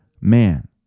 man